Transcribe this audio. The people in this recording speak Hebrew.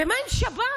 ומה עם שב"ס?